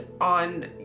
on